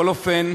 בכל אופן,